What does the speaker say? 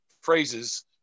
phrases